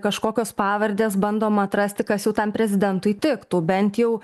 kažkokios pavardės bandoma atrasti kas jau tam prezidentui tiktų bent jau